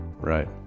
Right